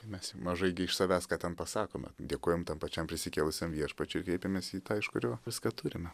mes mažai gi iš savęs ką ten pasakome dėkojam tam pačiam prisikėlusiam viešpačiui kreipėmės į tą iš kurio viską turime